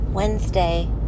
Wednesday